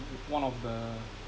one of the